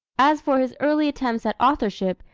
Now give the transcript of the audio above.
as for his early attempts at authorship,